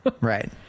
Right